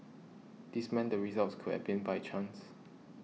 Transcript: this meant the results could have been by chance